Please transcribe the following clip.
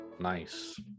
Nice